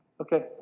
Okay